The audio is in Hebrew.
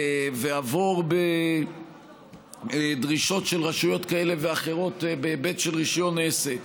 ועבור בדרישות של רשויות כאלה ואחרות בהיבט של רישיון עסק,